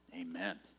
Amen